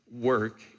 work